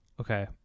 Okay